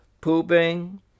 pooping